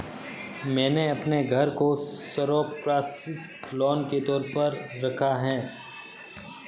मैंने अपने घर को संपार्श्विक लोन के तौर पर रखा है